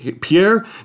Pierre